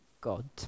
God